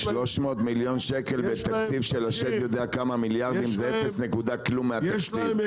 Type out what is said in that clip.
300 מיליון שקלים בתקציב של מי יודע כמה מיליארדים זה כלום מהתקציב,